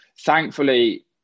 thankfully